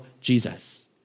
Jesus